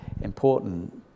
important